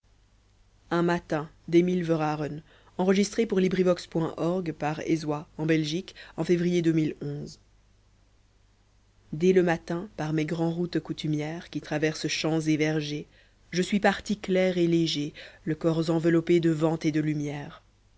dès le matin par mes grands routes coutumières qui traversent champs et vergers je suis parti clair et léger le corps enveloppé de vent et de lumière